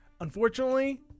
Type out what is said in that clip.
unfortunately